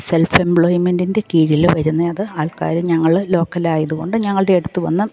self എംപ്ലോയീമെൻറ്റിൻ്റെ കീഴിൽ വരുന്നത് ആൾക്കാർ ഞങ്ങൾ ലോക്കൽ ആയത് കൊണ്ട് ഞങ്ങളുടെ അടുത്ത് വന്ന്